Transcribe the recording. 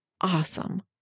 awesome